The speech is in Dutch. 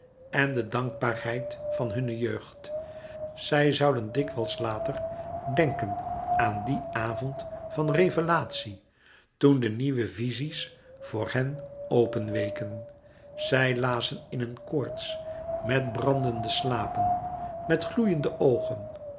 metamorfoze de dankbaarheid van hunne jeugd zij zouden dikwijls later denken aan dien avond van revelatie toen de nieuwe vizies voor hen openweken zij lazen in een koorts met brandende slapen met gloeiende oogen